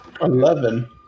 Eleven